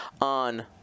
on